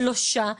שלושה.